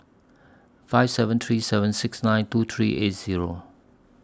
five seven three seven six nine two three eight Zero